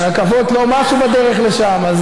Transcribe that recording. והרכבות לא משהו בדרך לשם,